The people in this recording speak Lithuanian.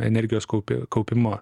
energijos kaupi kaupimo